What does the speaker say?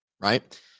right